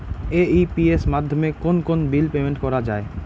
AEPS মাধ্যমে কোন কোন বিল পেমেন্ট করা যায়?